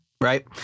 right